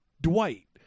Dwight